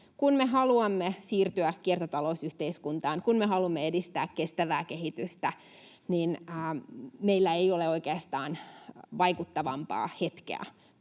Kun me haluamme siirtyä kiertotalousyhteiskuntaan, kun me haluamme edistää kestävää kehitystä, niin meillä ei ole oikeastaan vaikuttavampaa hetkeä